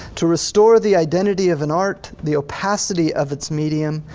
to restore the identity of an art, the opacity of its medium,